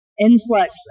influx